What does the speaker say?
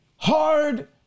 Hard